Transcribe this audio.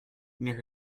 near